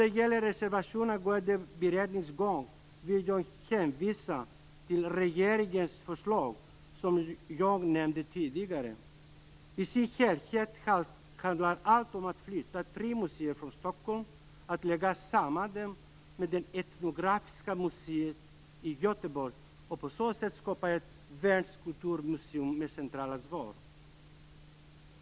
Vad gäller reservationen angående beredningstvång vill jag hänvisa till regeringens förslag som jag nämnde tidigare. I sin helhet handlar det om att flytta tre museer från Stockholm, att lägga samman dem med det etnografiska museet i Göteborg och att på så sätt skapa ett världskulturmuseum med centralt ansvar.